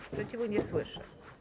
Sprzeciwu nie słyszę.